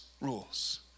rules